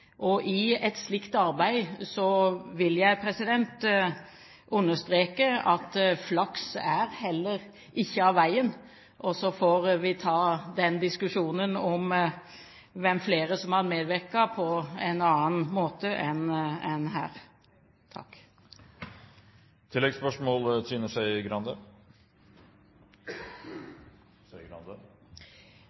I et slikt arbeid vil jeg understreke at flaks er heller ikke av veien, og så får vi ta diskusjonen om hvem flere som medvirket, på en annen måte enn her. Trine Skei Grande